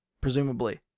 presumably